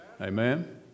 Amen